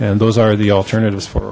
and those are the alternatives for